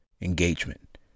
engagement